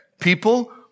People